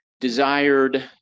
desired